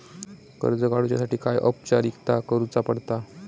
कर्ज काडुच्यासाठी काय औपचारिकता करुचा पडता?